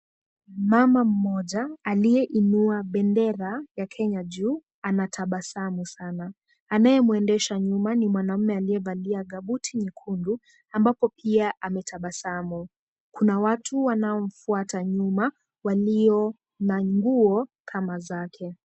Mama mmoja aliyeinua bendera ya Kenya juu anatabasamu sana. Anayemwendesha nyuma ni mwanamume aliyevalia kabuti nyekundu, ambapo pia ametabasamu. Kuna watu wanaomfuata nyuma walio na nguo kama zake.